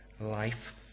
life